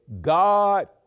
God